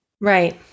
Right